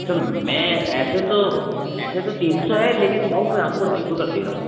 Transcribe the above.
sir मैं ऐसे तो ऐसे तो तीन सौ है लेकिन भाऊ मैं आपको ढाई सौ कर दे रहा हूँ